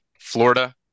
Florida